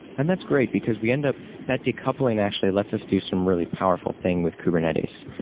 and that's great because we end up that decoupling actually lets us do some really powerful thing with kubernetes,